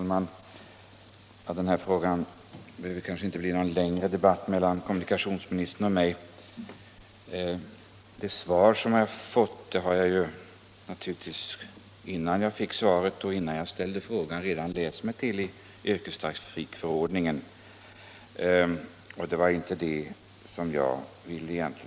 Herr talman! Den här frågan behöver kanske inte föranleda någon längre debatt mellan kommunikationsministern och mig. De upplysningar som jag fått nu har jag naturligtvis, innan jag fick svaret och innan jag ens ställde frågan, redan läst mig till i yrkestrafikförordningen. Det var egentligen inte detta som jag ville ha besked om.